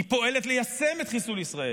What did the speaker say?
היא פועלת ליישם את חיסול ישראל.